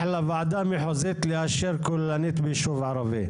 לוועדה המחוזית לאשר כוללנית ביישוב ערבי?